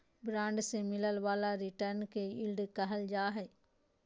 bond से मिलय वाला रिटर्न के यील्ड कहल जा हइ